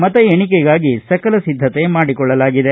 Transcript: ಮತ ಎಣಿಕೆಗಾಗಿ ಸಕಲ ಸಿದ್ದತೆ ಕೈಗೊಳ್ಳಲಾಗಿದೆ